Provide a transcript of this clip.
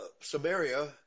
Samaria